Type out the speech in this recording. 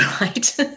right